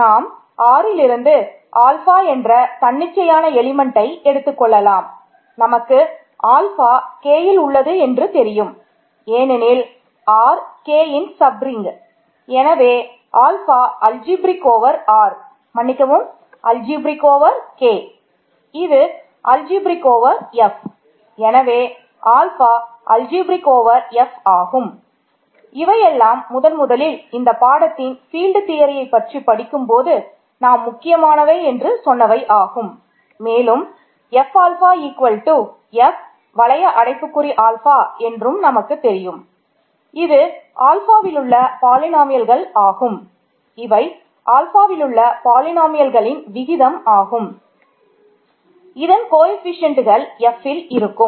நாம் Rல் இருந்து ஆல்ஃபா Fல் இருக்கும்